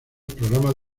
programas